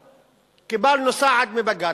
קיבלנו סעד מבג"ץ.